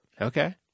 Okay